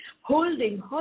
holding